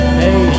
hey